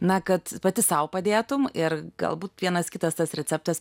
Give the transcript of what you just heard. na kad pati sau padėtum ir galbūt vienas kitas tas receptas